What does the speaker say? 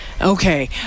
Okay